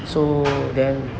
so then